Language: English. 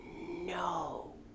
no